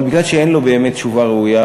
אבל מכיוון שאין לו באמת תשובה ראויה,